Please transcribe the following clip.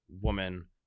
woman